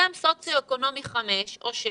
אתן סוציו אקונומי 5 או 6,